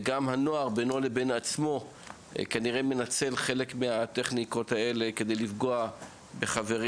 נראה שגם הנוער מנצל חלק מהטכניקות האלה כדי לפגוע בחברים.